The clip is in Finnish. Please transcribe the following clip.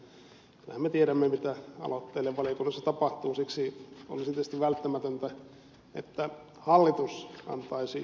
kyllähän me tiedämme mitä aloitteille valiokunnassa tapahtuu ja siksi olisi tietysti välttämätöntä että hallitus antaisi ed